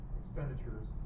expenditures